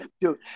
Dude